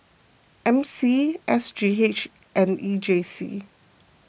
M C S G H and E J C